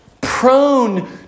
Prone